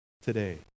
today